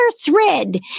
thread